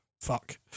Fuck